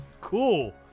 Cool